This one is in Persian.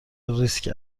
ریسک